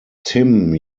tim